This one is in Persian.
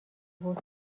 بود